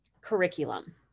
curriculum